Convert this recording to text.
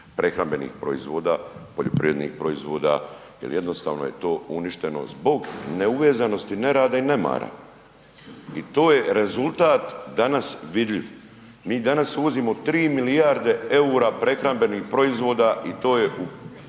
prehrambenih proizvoda, poljoprivrednih proizvoda jer jednostavno je to uništeno zbog neuvezanosti, nerada i nemara i to je rezultat danas vidljiv. Mi danas uvozimo 3 milijarde eura prehrambenih proizvoda i to je